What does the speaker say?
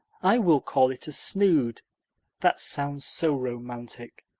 i will call it a snood that sounds so romantic.